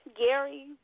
gary